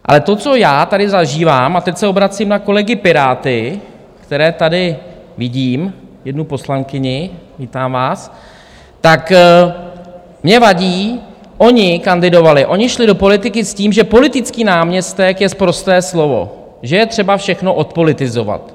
Ale to, co já tady zažívám a teď se obracím na kolegy Piráty, které tady vidím, jednu poslankyni, vítám vás, tak mně vadí oni kandidovali, oni šli do politiky s tím, že politický náměstek je sprosté slovo, že je třeba všechno odpolitizovat.